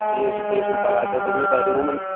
ٹھیٖک چھُ کیٚنٛہہ چھُنہ پرواے تۅہہِ دِمو بہٕ